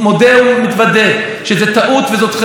עדיין לא יכול להתפלל בהר הבית.